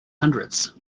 hundreds